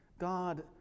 God